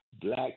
Black